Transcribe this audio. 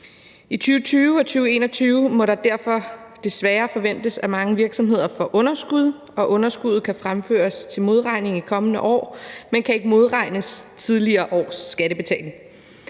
I 2020 og 2021 må det derfor desværre forventes, at mange virksomheder får underskud, og underskuddet kan fremføres til modregning i de kommende år, men kan ikke modregnes i tidligere års skattebetaling.